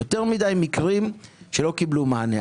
יותר מדיי מקרים שלא קיבלו מענה.